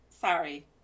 sorry